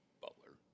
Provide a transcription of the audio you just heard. Butler